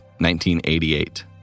1988